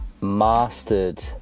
mastered